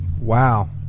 Wow